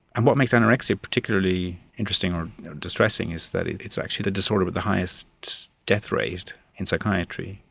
and what makes anorexia particularly interesting or distressing is that it's actually the disorder with the highest death rate in psychiatry.